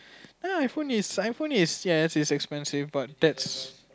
ya iphone is iphone is ya is expensive but that's